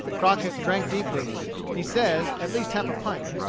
crockett drank deeply he says, at least half a pint.